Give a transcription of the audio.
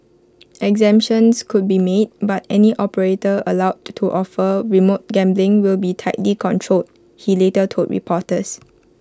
exemptions could be made but any operator allowed to offer remote gambling will be tightly controlled he later told reporters